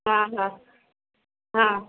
हाँ हाँ हाँ